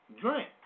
drink